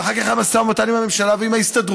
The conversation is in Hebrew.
ואחר כך היה משא ומתן עם הממשלה ועם ההסתדרות,